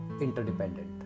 interdependent